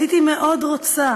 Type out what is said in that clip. הייתי מאוד רוצה